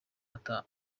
ata